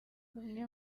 bamwe